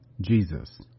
Jesus